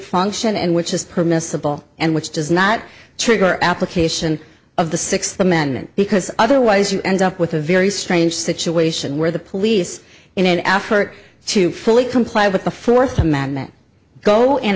function and which is permissible and which does not trigger application of the sixth amendment because otherwise you end up with a very strange situation where the police in an effort to fully comply with the fourth amendment go and